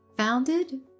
Founded